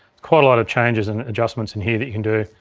quite a lot of changes and adjustments in here that you can do.